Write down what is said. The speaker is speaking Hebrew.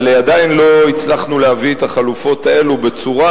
אבל עדיין לא הצלחנו להביא את החלופות האלה בצורה